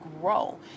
grow